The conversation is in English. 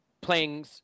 playing